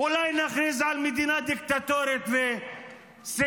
אולי נכריז על מדינה דיקטטורית וסיימנו?